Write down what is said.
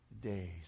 days